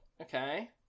Okay